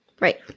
Right